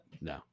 No